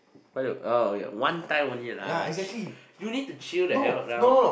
why you oh okay one time only lah you need to chill the hell down